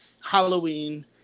Halloween